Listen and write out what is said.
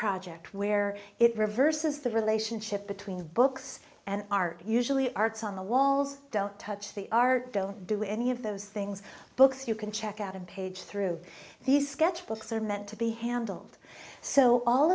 project where it reverses the relationship between books and art usually arts on the walls don't touch the art don't do any of those things books you can check out and page through these sketch books are meant to be handled so all